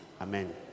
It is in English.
Amen